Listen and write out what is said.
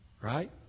Right